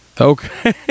okay